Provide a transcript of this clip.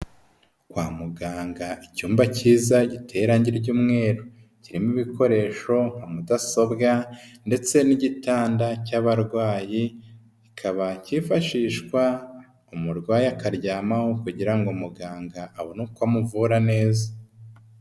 Kwa muganga icyumba kiza giteye orange ry'umweru, kirimo ibikoresho, mudasobwa ndetse n'igitanda cy'abarwayi, kikaba cyifashishwa umurwayi akaryamaho kugira ngo muganga abone uko amuvura neza.